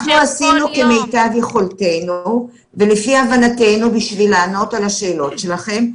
אנחנו עשינו כמיטב יכולתנו וכפי הבנתנו בשביל לענות על השאלות שלכם.